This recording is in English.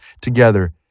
together